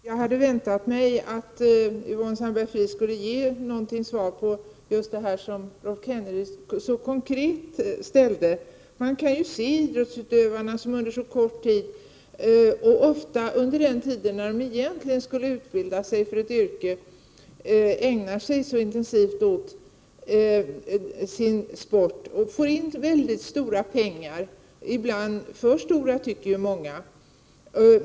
Herr talman! Jag hade väntat mig att Yvonne Sandberg-Fries skulle ge ett svar på den mycket konkreta fråga som Rolf Kenneryd ställde. Man kan säga att idrottsutövare under en kort tid — ofta en tid då de egentligen skulle utbilda sig för ett yrke — ägnar sig åt sin sport och får in väldigt stora pengar, ibland för stora, tycker många.